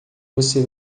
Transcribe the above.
você